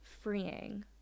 freeing